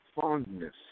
fondness